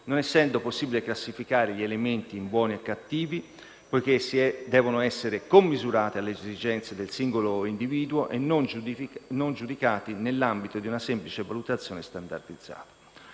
non essendo possibile classificare gli elementi in buoni e cattivi poiché devono essere commisurati alle esigenze del singolo individuo e non giudicati nell'ambito di una semplice valutazione standardizzata.